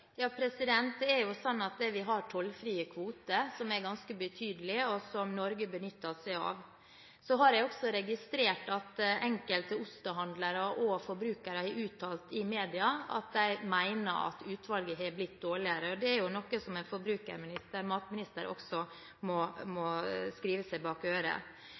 Vi har tollfri kvote som er ganske betydelig, og som Norge benytter seg av. Jeg har også registrert at enkelte osteforhandlere og forbrukere har uttalt til media at de mener utvalget har blitt dårligere. Det er noe man som forbruker- og matminister må skrive seg bak øret.